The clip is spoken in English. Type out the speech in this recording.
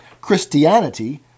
Christianity